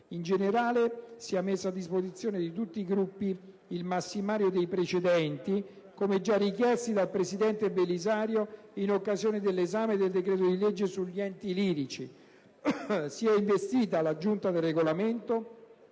in generale, sia messo a disposizione di tutti i Gruppi il massimario dei precedenti, come già richiesto dal senatore Belisario in occasione dell'esame del decreto-legge sugli enti lirici; sia infine investita la Giunta per il Regolamento